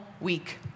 Week